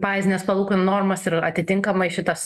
bazines palūkanų normas ir atitinkamai šitos